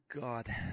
God